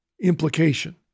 implication